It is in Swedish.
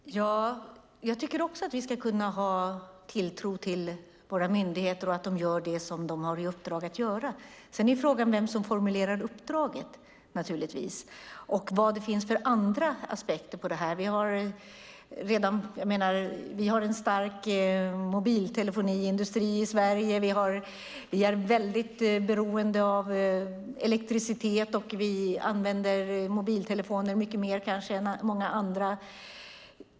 Fru talman! Jag tycker också att vi ska kunna ha tilltro till våra myndigheter och att de gör det som de har i uppdrag att göra. Sedan är frågan vem som formulerar uppdraget och vad det finns för andra aspekter på detta. Vi har en stark mobiltelefoniindustri i Sverige. Vi är väldigt beroende av elektricitet, och vi använder kanske mobiltelefoner mycket mer än många andra.